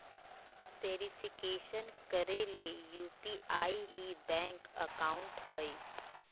verification करे ले UPI ही बैंक अकाउंट हइ